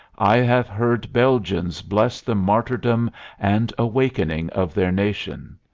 i have heard belgians bless the martyrdom and awakening of their nation.